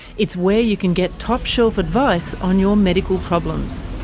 it's where you can get top-shelf advice on your medical problems.